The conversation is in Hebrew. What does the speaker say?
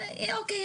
אוקיי,